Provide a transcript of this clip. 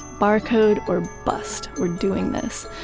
barcode or bust, we're doing this.